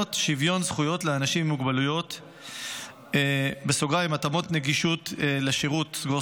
ותקנות שוויון זכויות לאנשים עם מוגבלויות (התאמות נגישות לשירות),